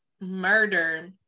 murder